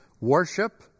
worship